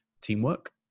teamwork